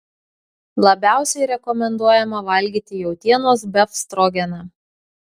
labiausiai rekomenduojama valgyti jautienos befstrogeną